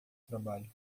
trabalho